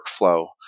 workflow